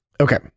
Okay